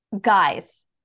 Guys